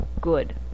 good